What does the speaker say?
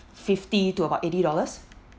fifty to about eighty dollars